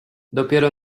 dopiero